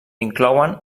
inclouen